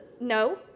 no